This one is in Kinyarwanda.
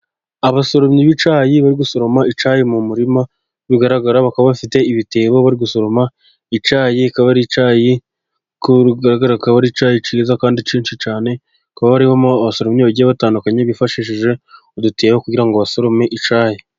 Abasoromyi bicyayi bari gusoroma icyayi mu murima, uko bigaragara bakaba bafite ibitebo bari gusoroma icyayi. Akaba ari icyiyi cyiza kandi cyinshi cyane hakaba harimo abasoromyi bagiye batandukanye bifashishije udutebo kugira basorome icyayi.